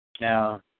Now